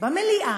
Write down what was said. במליאה,